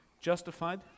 justified